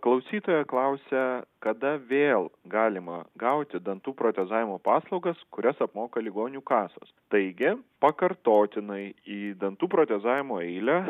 klausytoja klausia kada vėl galima gauti dantų protezavimo paslaugas kurias apmoka ligonių kasos taigi pakartotinai į dantų protezavimo eilę